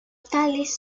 tales